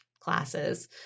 classes